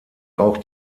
auch